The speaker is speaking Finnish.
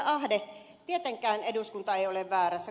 ahde tietenkään eduskunta ei ole väärässä